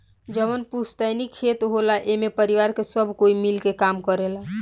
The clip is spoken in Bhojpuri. जवन पुस्तैनी खेत होला एमे परिवार के सब कोई मिल के काम करेला